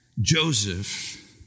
Joseph